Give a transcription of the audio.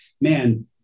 man